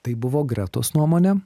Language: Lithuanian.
tai buvo gretos nuomonė